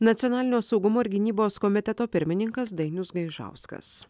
nacionalinio saugumo ir gynybos komiteto pirmininkas dainius gaižauskas